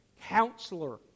Counselor